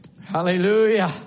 Hallelujah